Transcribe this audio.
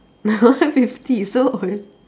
not fifty so old